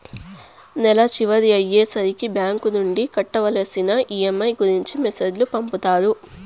నెల చివర అయ్యే సరికి బ్యాంక్ నుండి కట్టవలసిన ఈ.ఎం.ఐ గురించి మెసేజ్ లు పంపుతారు